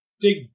dig